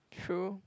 true